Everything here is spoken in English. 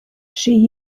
she